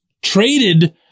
traded